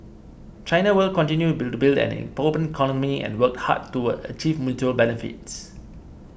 China will continue to build an open economy and work hard to achieve mutual benefits